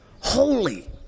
Holy